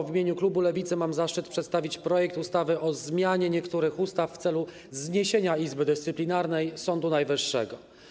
W imieniu klubu Lewicy mam zaszczyt przedstawić projekt ustawy o zmianie niektórych ustaw w celu zniesienia Izby Dyscyplinarnej Sądu Najwyższego.